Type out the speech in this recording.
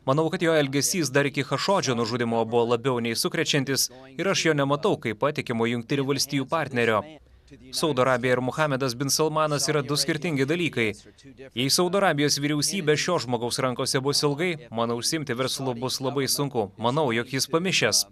manau kad jo elgesys dar iki chašodžio nužudymo buvo labiau nei sukrečiantis ir aš jo nematau kaip patikimo jungtinių valstijų partnerio saudo arabija ir muhamedas bin salmanas yra du skirtingi dalykai jei saudo arabijos vyriausybė šio žmogaus rankose bus ilgai manau užsiimti verslu bus labai sunku manau jog jis pamišęs